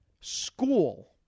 school